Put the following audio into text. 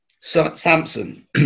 Samson